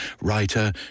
writer